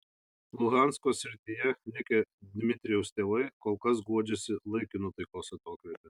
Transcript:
luhansko srityje likę dmitrijaus tėvai kol kas guodžiasi laikinu taikos atokvėpiu